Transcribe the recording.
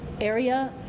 area